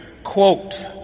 Quote